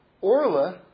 Orla